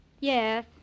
Yes